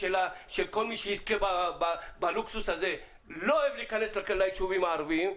של כל מי שיזכה בלוקסוס הזה לא אוהב להיכנס ליישובים הערביים.